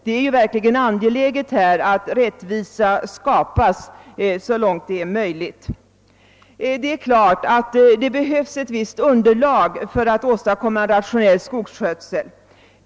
Det är verkligen angeläget att rättvisa skapas så långt det är möjligt. Det är klart att det behövs ett visst underlag för att åstadkomma en rationell skogsskötsel.